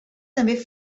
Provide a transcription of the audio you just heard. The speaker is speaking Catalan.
també